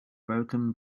broken